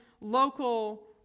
local